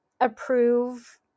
approve